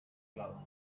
club